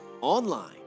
online